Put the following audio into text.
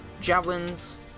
Javelins